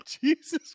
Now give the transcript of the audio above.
Jesus